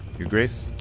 your grace?